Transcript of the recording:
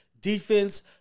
defense